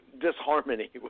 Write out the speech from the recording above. disharmony